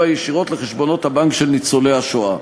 ישירות לחשבונות הבנק של ניצולי השואה.